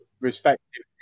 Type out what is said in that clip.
respective